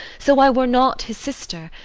so i were not his sister.